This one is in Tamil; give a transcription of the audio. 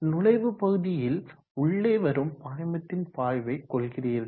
நுழைவு பகுதியில் உள்ளே வரும் பாய்மத்தின் பாய்வை கொள்கிறீர்கள்